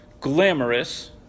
glamorous